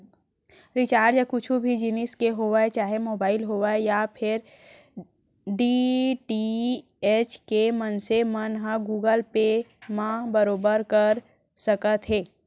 recharge कुछु भी जिनिस के होवय चाहे मोबाइल होवय या फेर डी.टी.एच के मनसे मन ह गुगल पे म बरोबर कर सकत हे